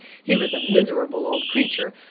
he was a miserable old creature,